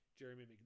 Jeremy